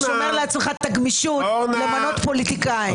שומר לעצמך את הגמישות למנות פוליטיקאים.